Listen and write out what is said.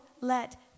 let